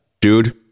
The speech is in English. Dude